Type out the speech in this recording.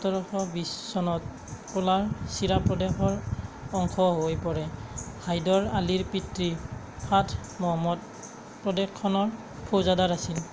সোতৰশ বিশ চনত কোলাৰ ছিৰা প্ৰদেশৰ অংশ হৈ পৰে হাইদৰ আলীৰ পিতৃ ফাথ মহম্মদ প্ৰদেশখনৰ ফৌজাদাৰ আছিল